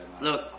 Look